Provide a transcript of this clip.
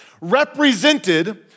represented